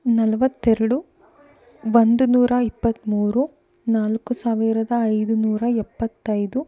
ನಲವತ್ತೆರಡು ಒಂದು ನೂರಾ ಇಪ್ಪತ್ತ್ಮೂರು ನಾಲ್ಕು ಸಾವಿರದ ಐದು ನೂರ ಎಪ್ಪತ್ತೈದು